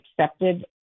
accepted